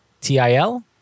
T-I-L